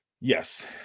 Yes